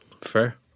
Fair